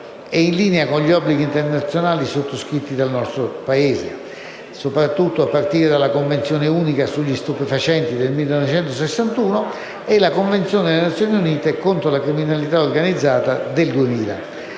è in linea con gli obblighi internazionali sottoscritti dal nostro Paese, a partire dalla Convenzione unica sugli stupefacenti del 1961 e dalla Convenzione delle Nazioni Unite contro la criminalità organizzata del 2000.